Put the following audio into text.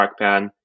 trackpad